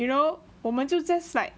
you know 我们就 just like